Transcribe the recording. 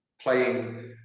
playing